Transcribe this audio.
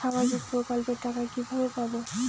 সামাজিক প্রকল্পের টাকা কিভাবে পাব?